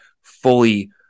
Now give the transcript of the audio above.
fully